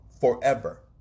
Forever